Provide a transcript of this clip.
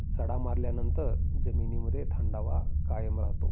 सडा मारल्यानंतर जमिनीमध्ये थंडावा कायम राहतो